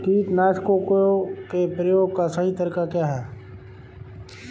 कीटनाशकों के प्रयोग का सही तरीका क्या है?